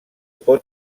pot